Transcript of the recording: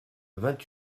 vingt